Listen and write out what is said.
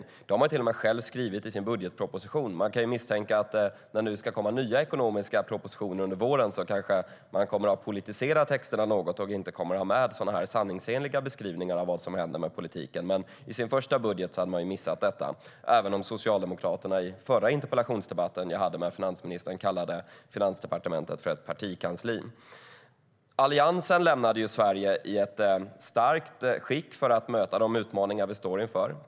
Det har regeringen till och med själv skrivit i sin budgetproposition. Man kan misstänka att när det nu ska komma nya ekonomiska propositioner under våren kanske regeringen kommer att politisera texterna något och inte ha med sådana sanningsenliga beskrivningar av vad som hände med politiken. Men i sin första budget hade den missat detta, även om Socialdemokraterna i förra interpellationsdebatten jag hade med finansministern kallade Finansdepartementet för ett partikansli. Alliansen lämnade Sverige i ett starkt skick för att möta de utmaningar vi står inför.